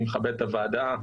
אני מכבד את הוועדה,